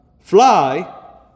Fly